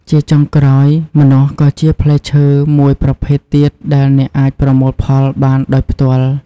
ជាចុងក្រោយ ម្នាស់ក៏ជាផ្លែឈើមួយប្រភេទទៀតដែលអ្នកអាចប្រមូលផលបានដោយផ្ទាល់។